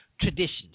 traditions